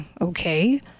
Okay